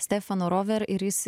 stefano rover ir jis